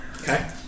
Okay